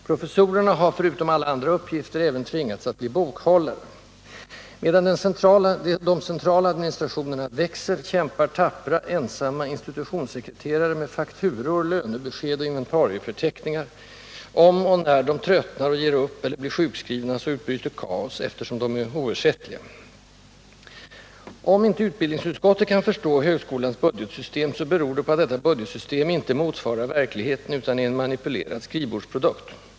Professorerna har, förutom alla andra uppgifter, även tvingats att bli bokhållare. Medan de centrala administrationerna växer, kämpar tappra, ensamma institutionssekreterare med fakturor, lönebesked och inventarieförteckningar. Om och när de tröttnar, ger upp eller blir sjukskrivna, utbryter kaos, eftersom de är oersättliga. Om inte utbildningsutskottet kan förstå högskolans budgetsystem, beror det på att detta budgetsystem inte motsvarar verkligheten utan är en manipulerad skrivbordsprodukt.